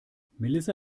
melissa